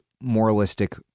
moralistic